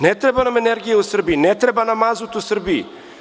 Ne treba nam energija u Srbiji, ne treba nam mazut u Srbiji.